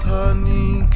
honey